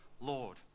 Lord